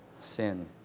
sin